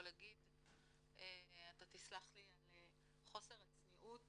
אתה תסלח לי על חוסר הצניעות